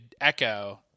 Echo